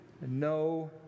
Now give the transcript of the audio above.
No